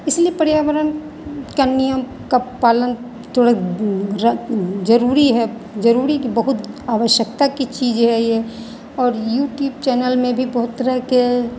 इसलिए पर्यावरण का नियम का पालन थोड़ा रक जरूरी है जरूरी क्या बहुत आवश्यकता की चीज है ये और यूट्यूब चैनल में भी बहुत तरह के